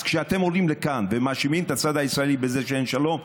אז כשאתם עולים לכאן ומאשימים את הצד הישראלי בזה שאין שלום,